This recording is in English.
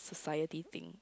society thing